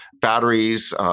Batteries